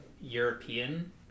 european